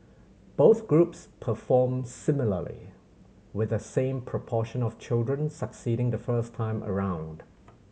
both groups performed similarly with the same proportion of children succeeding the first time around